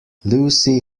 lucy